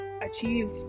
achieve